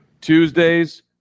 Tuesdays